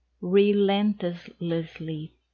relentlessly